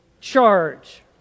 charge